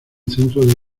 centro